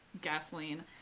gasoline